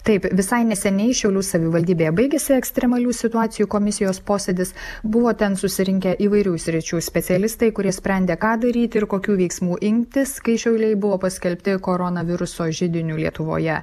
taip visai neseniai šiaulių savivaldybėje baigėsi ekstremalių situacijų komisijos posėdis buvo ten susirinkę įvairių sričių specialistai kurie sprendė ką daryti ir kokių veiksmų imtis kai šiauliai buvo paskelbti koronaviruso židiniu lietuvoje